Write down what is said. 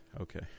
Okay